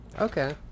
Okay